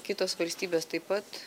kitos valstybės taip pat